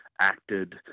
acted